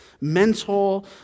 mental